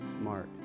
smart